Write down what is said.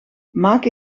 maak